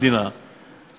עצמנו עיניים מיקי,